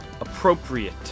appropriate